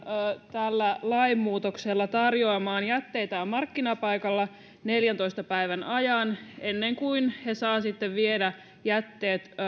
tällä lainmuutoksella tarjoamaan jätteitään markkinapaikalla neljäntoista päivän ajan ennen kuin he saavat sitten viedä jätteet